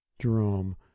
Jerome